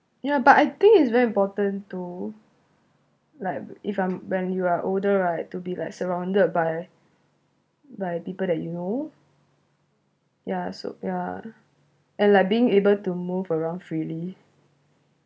ya but I think it's very important to like if I'm when you are older right to be like surrounded by by people that you know yeah so yeah and like being able to move around freely